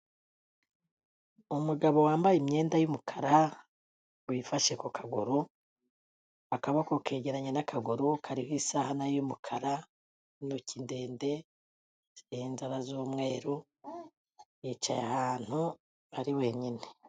Umugabo wambaye imyenda y'umukara wifashe ku kaguru, akaboko kegeranye n'akaguru kariho isaha nayo y'umukara, intoki ndende ziriho inzara z'umweru, yicaye ahantu, ari wenyine.